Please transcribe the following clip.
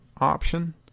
option